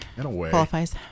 qualifies